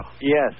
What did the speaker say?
Yes